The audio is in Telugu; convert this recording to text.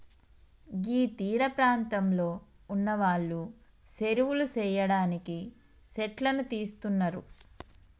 గీ తీరపాంతంలో ఉన్నవాళ్లు సెరువులు సెయ్యడానికి సెట్లను తీస్తున్నరు